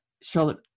charlotte